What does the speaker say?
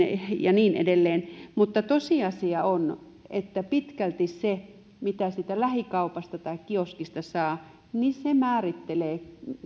ja niin edelleen mutta tosiasia on että pitkälti se mitä siitä lähikaupasta tai kioskista saa määrittelee